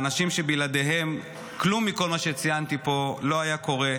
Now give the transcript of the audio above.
האנשים שבלעדיהם כלום מכל מה שציינתי פה לא היה קורה,